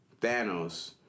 Thanos